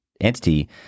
entity